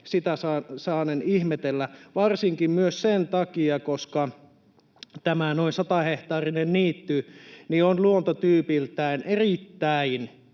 Sitä saanen ihmetellä, varsinkin myös sen takia, että tämä noin satahehtaarinen niitty on luontotyypiltään erittäin,